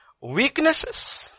weaknesses